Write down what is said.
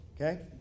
Okay